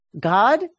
God